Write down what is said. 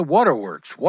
Waterworks